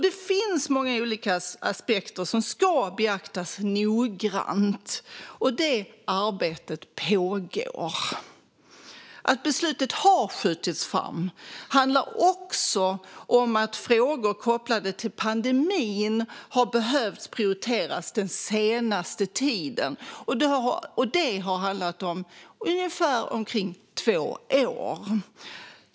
Det finns många olika aspekter som ska beaktas noggrant, och det arbetet pågår. Att beslutet har skjutits fram handlar också om att frågor kopplade till pandemin har behövt prioriteras den senaste tiden. Det har handlat om ungefär två år.